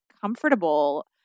comfortable